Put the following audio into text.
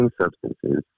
substances